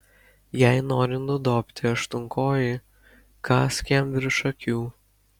jei nori nudobti aštuonkojį kąsk jam virš akių